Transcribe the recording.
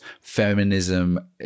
feminism